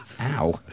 Ow